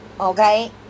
okay